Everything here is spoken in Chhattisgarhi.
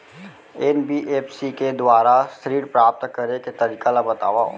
एन.बी.एफ.सी के दुवारा ऋण प्राप्त करे के तरीका ल बतावव?